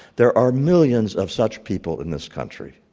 there are millions of such people in this country.